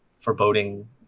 foreboding